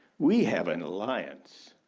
we have an alliance.